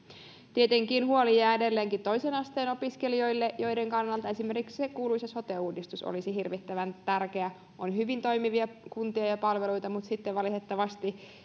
tietenkin huoli jää edelleenkin toisen asteen opiskelijoista joiden kannalta esimerkiksi se kuuluisa sote uudistus olisi hirvittävän tärkeä on hyvin toimivia kuntia ja palveluita mutta sitten valitettavasti